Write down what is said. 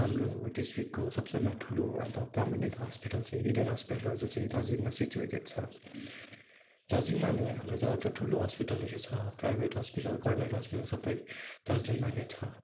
हाम्रो डिसट्रिकको सब से भन्दा ठुलो अन्त प्रमिनेन्ट हस्पिटल चाहिँ इडेन हस्पिटल चाहिँ दार्जिलिङमा सिचुएटेट छ दार्जिलिङमा नै हाम्रो जहाँ चाहिँ ठुलो हस्पिटलहरू छ प्राइभेट हस्पिटल गभर्नमेन्ट हस्पिटल सबै दार्जिलिङमा नै छ